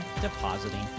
depositing